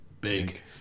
big